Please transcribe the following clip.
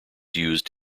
used